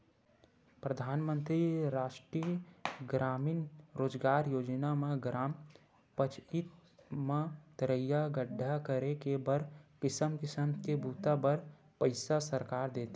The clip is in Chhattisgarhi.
परधानमंतरी रास्टीय गरामीन रोजगार योजना म ग्राम पचईत म तरिया गड्ढ़ा करे के बर किसम किसम के बूता बर पइसा सरकार देथे